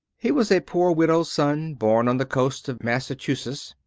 he was a poor widow's son, born on the coast of massachusetts,